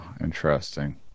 interesting